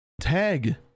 tag